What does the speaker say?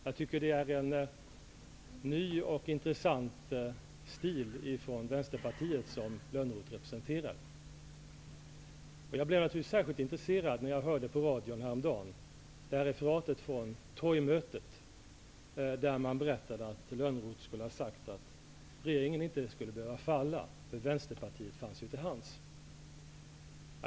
Jag tycker att Lönnroth representerar en ny och intressant stil från Vänsterpartiet. Jag blev naturligtvis särskilt intresserad när jag på radon häromdagen hörde referatet från ett torgmöte där man berättade att Lönnroth skulle ha sagt att regeringen inte skulle behöva falla, eftersom Vänsterpartiet fanns till hands.